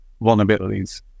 vulnerabilities